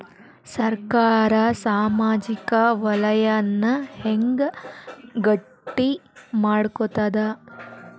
ಸರ್ಕಾರಾ ಸಾಮಾಜಿಕ ವಲಯನ್ನ ಹೆಂಗ್ ಗಟ್ಟಿ ಮಾಡ್ಕೋತದ?